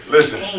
Listen